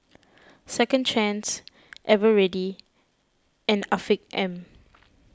Second Chance Eveready and Afiq M